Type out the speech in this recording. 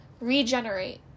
regenerate